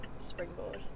Springboard